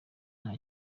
nta